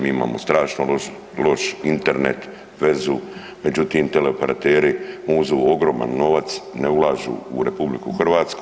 Mi imamo strašno loš Internet, vezu, međutim teleoperateri muzu ogroman novac ne ulažu u RH.